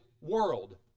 world